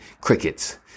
crickets